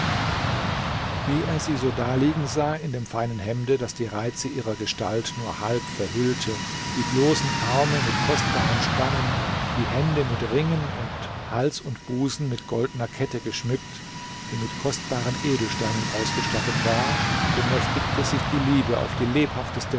wie er sie so da liegen sah in dem feinen hemde das die reize ihrer gestalt nur halb verhüllte die bloßen arme mit kostbaren spangen die hände mit ringen und hals und busen mit goldner kette geschmückt die mit kostbaren edelsteinen ausgestattet war bemächtigte sich die liebe auf die lebhafteste